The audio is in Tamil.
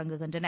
தொடங்குகின்றன